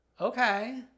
Okay